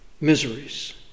miseries